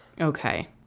Okay